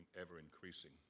ever-increasing